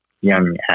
young